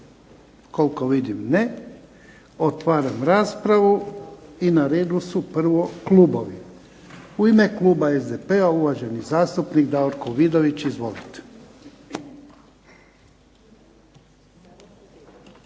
Koliko vidim ne. Otvaram raspravu i na redu su prvo klubovi. U ime kluba SDP-a uvaženi zastupnik Davorko Vidović. Izvolite.